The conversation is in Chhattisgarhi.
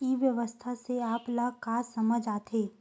ई व्यवसाय से आप ल का समझ आथे?